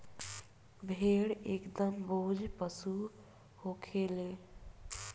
भेड़ एकदम सोझ पशु होखे ले